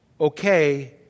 okay